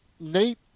nate